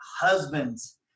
husbands